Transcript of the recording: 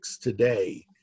today